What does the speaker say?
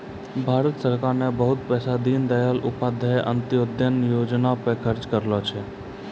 भारत सरकार ने बहुते पैसा दीनदयाल उपाध्याय अंत्योदय योजना पर खर्च करलो रहै